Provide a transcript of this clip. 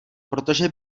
protože